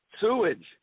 sewage